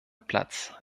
platz